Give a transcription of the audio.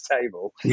table